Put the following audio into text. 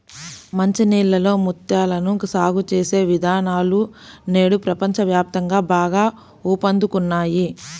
మంచి నీళ్ళలో ముత్యాలను సాగు చేసే విధానాలు నేడు ప్రపంచ వ్యాప్తంగా బాగా ఊపందుకున్నాయి